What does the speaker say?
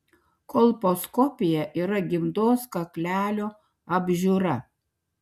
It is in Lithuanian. kolposkopija yra gimdos kaklelio apžiūra